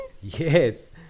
Yes